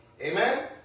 Amen